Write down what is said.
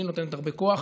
לי נותנת הרבה כוח.